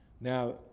Now